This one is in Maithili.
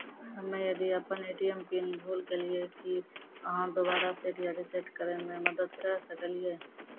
हम्मे यदि अपन ए.टी.एम पिन भूल गलियै, की आहाँ दोबारा सेट या रिसेट करैमे मदद करऽ सकलियै?